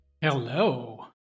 Hello